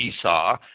Esau